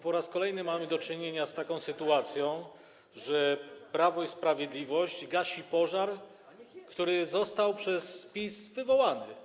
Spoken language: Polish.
Po raz kolejny mamy do czynienia z taką sytuacją, że Prawo i Sprawiedliwość gasi pożar, który został przez PiS wywołany.